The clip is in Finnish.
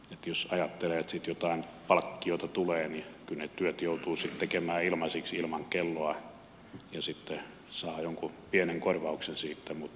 jos ajattelee että siitä jotain palkkiota tulee niin kyllä ne työt joutuu sitten tekemään ilmaiseksi ilman kelloa ja sitten saa jonkun pienen korvauksen siitä